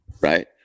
right